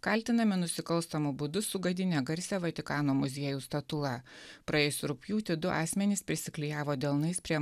kaltinami nusikalstamu būdu sugadinę garsią vatikano muziejų statulą praėjusį rugpjūtį du asmenys prisiklijavo delnais prie